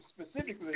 specifically